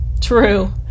True